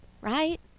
right